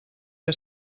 que